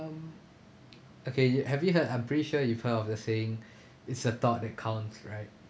~(um) okay you have you heard I'm pretty sure you heard of the saying it's the thought that counts right